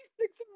Six